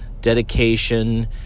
dedication